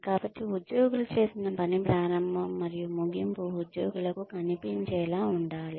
కాబట్టి ఉద్యోగులు చేసిన పని ప్రారంభం మరియు ముగింపు ఉద్యోగులకు కనిపించేలా ఉండాలి